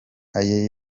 aye